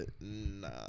Nah